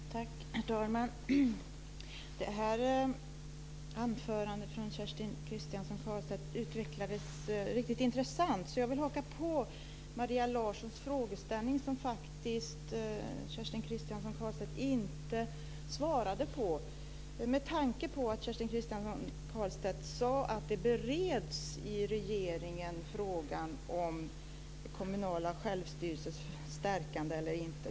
Herr talman! Det här anförandet från Kerstin Kristiansson Karlstedt utvecklades riktigt intressant. Jag vill haka på Maria Larssons fråga, som Kerstin Kristiansson Karlstedt faktiskt inte svarade på. Kerstin Kristiansson Karlstedt svarade inte på frågan om stärkandet av det kommunala självstyret bereds i regeringen.